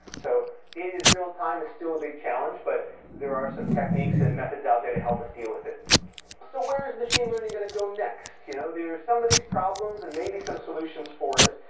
so data is real-time, still a big challenge, but there are some techniques and methods out there to help us deal with it so where is machine learning going to go next? you know there are some of these problems and maybe some solutions for it.